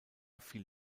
fiel